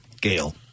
Gail